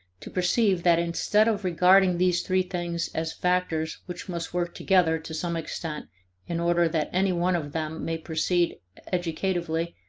to perceive that instead of regarding these three things as factors which must work together to some extent in order that any one of them may proceed educatively,